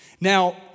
Now